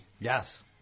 Yes